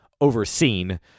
overseen